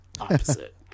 opposite